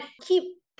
keep